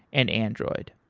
and android.